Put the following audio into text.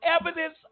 evidence